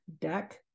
deck